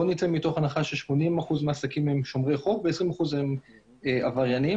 בואו נצא מתוך הנחה ש-80 אחוזים הם שומרי חוק ו-20 אחוזים הם עבריינים,